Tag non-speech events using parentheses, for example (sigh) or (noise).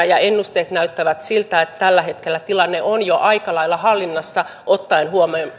(unintelligible) ja ennusteet näyttävät siltä että tällä hetkellä tilanne on jo aika lailla hallinnassa ottaen